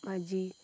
म्हजी